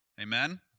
Amen